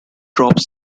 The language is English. drops